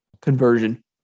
conversion